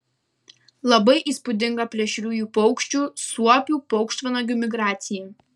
labai įspūdinga plėšriųjų paukščių suopių paukštvanagių migracija